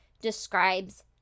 describes